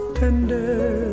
tender